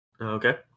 Okay